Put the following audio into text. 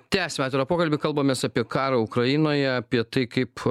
tęsiame pokalbį kalbamės apie karą ukrainoje apie tai kaip